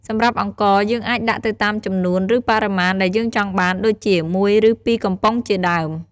សម្រាប់អង្ករ យើងអាចដាក់ទៅតាមចំនួន ឬ បរិមាណដែលយើងចង់បាន ដូចជា ១ ឬ ២ កំប៉ុងជាដើម។